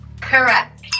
Correct